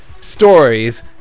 stories